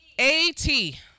A-T